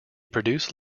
produce